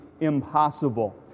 impossible